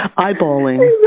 eyeballing